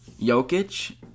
Jokic